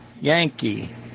Yankee